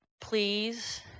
Please